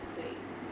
对